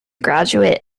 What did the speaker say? graduate